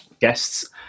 guests